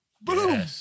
boom